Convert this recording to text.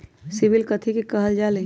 CIBIL कथि के काहल जा लई?